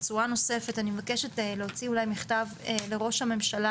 בצורה נוספת אני מבקשת להוציא מכתב לראש הממשלה